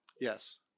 yes